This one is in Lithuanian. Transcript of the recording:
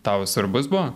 tau svarbus buvo